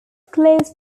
close